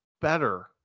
better